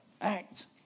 Act